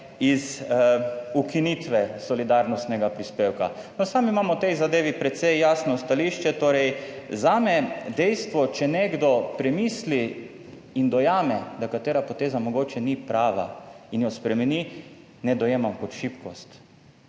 iz ukinitve solidarnostnega prispevka. No, sami imamo v tej zadevi precej jasno stališče, torej zame dejstvo, če nekdo premisli in dojame, da katera poteza mogoče ni prava in jo spremeni, ne dojemam kot šibkost.